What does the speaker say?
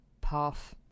path